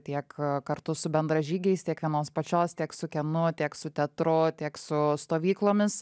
tiek kartu su bendražygiais tiek vienos pačios tiek su kinu tiek su teatru tiek su stovyklomis